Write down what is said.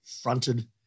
fronted